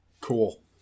Cool